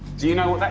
do you know